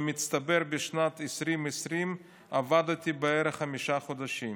במצטבר בשנת 2020 עבדתי בערך חמישה חודשים.